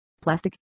Plastic